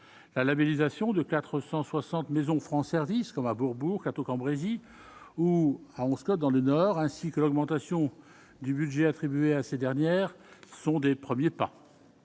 la labellisation de 460 maisons France service comme à Bourbourg Cateau-Cambrésis ou à 11 dans le Nord ainsi que l'augmentation du budget attribué à ces dernières sont des premiers pas,